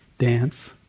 dance